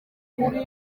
bishwe